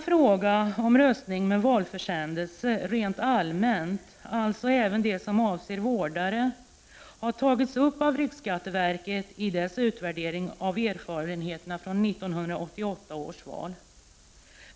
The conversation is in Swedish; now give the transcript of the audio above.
Frågan om röstning med valförsändelser rent allmänt, alltså även budröstning genom vårdare, har tagits upp av riksskatteverket i dess utvärdering av erfarenheterna från 1988 års val.